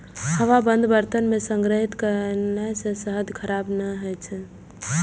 हवाबंद बर्तन मे संग्रहित कयला सं शहद खराब नहि होइ छै